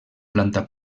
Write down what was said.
planta